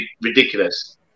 ridiculous